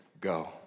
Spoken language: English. go